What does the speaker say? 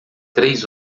três